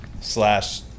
slash